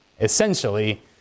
essentially